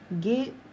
Get